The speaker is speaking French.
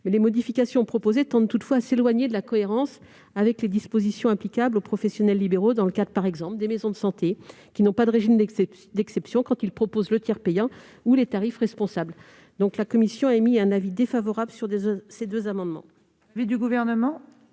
les modifications proposées tendent à s'éloigner de la cohérence avec les dispositions applicables aux professionnels libéraux, par exemple dans le cadre des maisons de santé, qui n'ont pas de régime d'exception quand ils proposent le tiers payant ou les tarifs responsables. La commission émet donc un avis défavorable sur ces deux amendements.